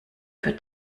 für